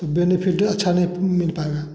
तो बेनिफिटे अच्छा नहीं मिल पाएगा